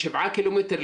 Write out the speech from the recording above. לשבעה קילומטר,